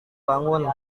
bangun